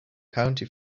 county